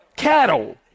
Cattle